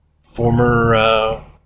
former